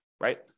Right